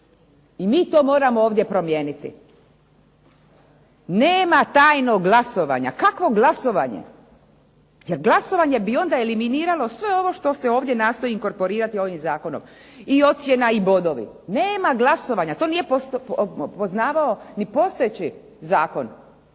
I mi to moramo ovdje promijeniti. Nema tajnog glasovanja. Kakvo glasovanje? Jer glasovanje bi onda eliminiralo sve ovo što se ovdje nastoji inkorporirati ovim zakonom i ocjena i bodovi. Nema glasovanja. To nije poznavao ni postojeći zakon.